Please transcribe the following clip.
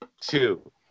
two